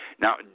Now